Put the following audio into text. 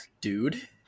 dude